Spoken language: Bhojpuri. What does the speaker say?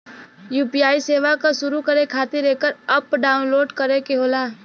यू.पी.आई सेवा क शुरू करे खातिर एकर अप्प डाउनलोड करे क होला